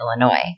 Illinois